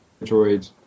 Android